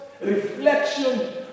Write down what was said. reflection